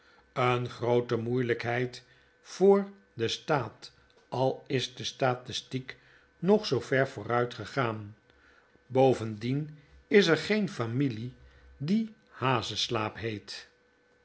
eene groote moeielijkheid voor denstaat al is de statistiek nog zoo ver vooruit gegaan bovendien is er geen een familie die hazeslaap heet